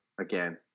again